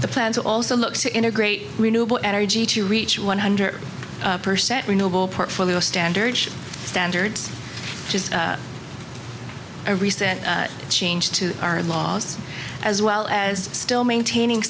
the plan to also look to integrate renewable energy to reach one hundred percent renewable portfolio standard standards which is a recent change to our laws as well as still maintaining